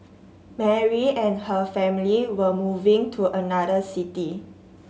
Mary and her family were moving to another city